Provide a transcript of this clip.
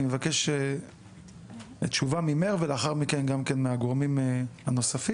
אני מבקש תשובה ממך ולאחר מכן גם מהגורמים הנוספים.